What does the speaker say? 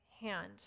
hand